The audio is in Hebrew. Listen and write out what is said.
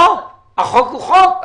לא, החוק הוא חוק.